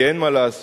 כי אין מה לעשות,